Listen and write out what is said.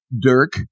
dirk